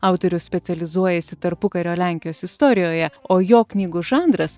autorius specializuojasi tarpukario lenkijos istorijoje o jo knygų žanras